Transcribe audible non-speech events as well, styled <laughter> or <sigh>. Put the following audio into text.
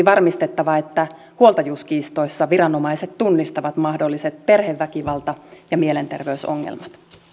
<unintelligible> varmistettava että huoltajuuskiistoissa viranomaiset tunnistavat mahdolliset perheväkivalta tai mielenterveysongelmat